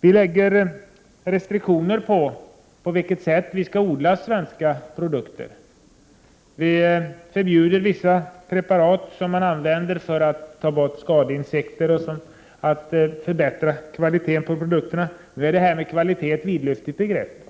Vi har restriktioner när det gäller det sätt på vilket vi skall odla svenska produkter. Vi förbjuder vissa preparat mot skadeinsekter och preparat som man använder för att förbättra kvaliteten på produkterna. Detta med kvalitet är ett vidlyftigt begrepp.